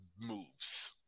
moves